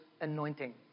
anointing